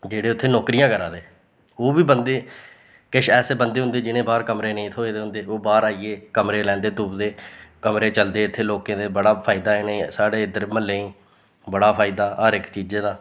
जेह्ड़े उत्थें नौकरियां करा दे ओह बी बंदे किश ऐसे बन्दे होंदे जिनें बाह्र कमरे नेईं थ्होऐ दे होंदे ओह् बाह्र आइयै कमरे लैंदे तुपदे कमरे चलदे इत्थें लोकें दे बड़ा फायदा ऐ इनें साढ़ै इद्धर म्हल्लें गी बड़ा फायदा हर इक चीज़ै दा